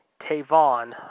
Tavon